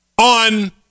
on